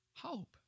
hope